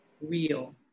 real